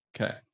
Okay